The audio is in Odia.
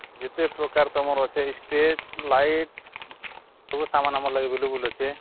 ଯେତେ ପ୍ରକାର ତୁମର ଅଛି ସ୍ଟେଜ୍ ଲାଇଟ୍ ସବୁ ସାମାନ ଆମର ଆଭେଲେବେଲ୍ ଅଛି